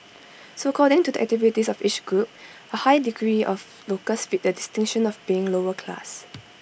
so according to the activities of each group A high degree of locals fit the distinction of being lower class